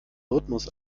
rhythmus